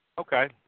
okay